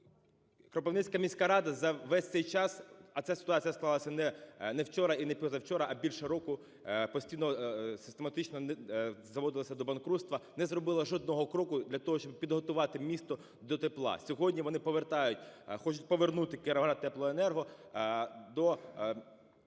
Кропивницька міська рада за весь цей час, а ця ситуація склалася не вчора і не позавчора, а більше року постійно систематично заводилися до банкрутства, не зробила жодного кроку для того, щоб підготувати місто до тепла. Сьогодні вони повертають, хочуть повернути, "Кіровоградтеплоенерго" до